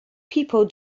people